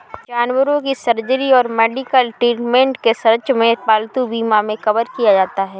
जानवरों की सर्जरी और मेडिकल ट्रीटमेंट के सर्च में पालतू बीमा मे कवर किया जाता है